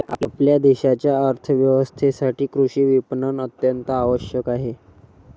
आपल्या देशाच्या अर्थ व्यवस्थेसाठी कृषी विपणन अत्यंत आवश्यक आहे